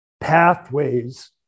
pathways